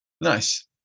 Nice